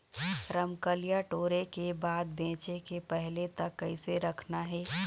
रमकलिया टोरे के बाद बेंचे के पहले तक कइसे रखना हे?